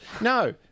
No